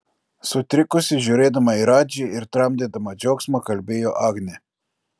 sutrikusi žiūrėdama į radži ir tramdydama džiaugsmą kalbėjo agnė